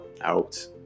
out